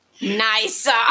nice